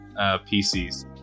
PCs